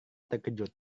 terkejut